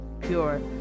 pure